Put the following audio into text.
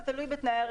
זה תלוי בתנאי הרכישה.